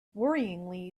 worryingly